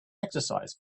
exercise